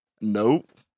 Nope